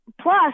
plus